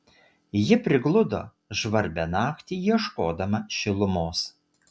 ji prigludo žvarbią naktį ieškodama šilumos